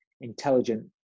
intelligent